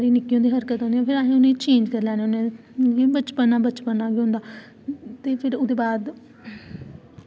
कि किन्ना ओह् होआ दा कि साढ़ा बच्चा खेली आया ऐ मतलब इसी बड़ा इंटरेस्ट ऐ मिगी रन्निंग च बड़ा इंटरेस्ट हा में बड़ा ओह् करदी ही रन्निंग च बहुत इंटरेस्ट हा खेलदी ही साम्बे रन्निंग कीती दी कि फिर इद्धर